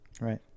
Right